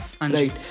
Right